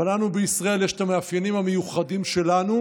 אבל לנו בישראל יש את המאפיינים המיוחדים שלנו.